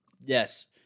Yes